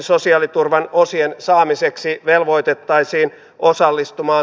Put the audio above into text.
ja todellakin se jatko on